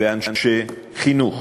ואנשי חינוך